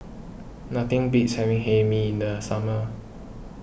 nothing beats having Hae Mee in the summer